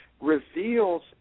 reveals